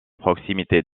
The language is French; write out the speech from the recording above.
proximité